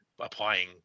applying